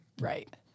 Right